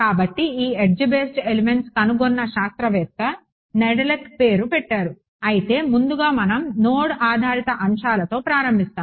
కాబట్టి ఈ edge based elements కనుగొన్న శాస్త్రవేత్త నెడెలెక్ పేరు పెట్టారు అయితే ముందుగా మనం నోడ్ ఆధారిత అంశాలతో ప్రారంభిస్తాం